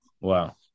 Wow